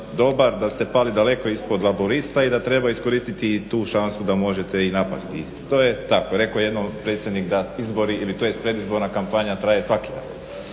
dobar, da ste pali daleko ispod Laburista i da treba iskoristiti i tu šansu da možete i napasti. To je tako. Rekao je jednom predsjednik da izbori tj. predizborna kampanja traje svaki dan.